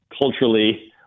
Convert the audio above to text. culturally